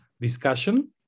discussion